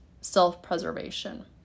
self-preservation